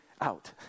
out